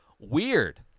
Weird